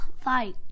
fight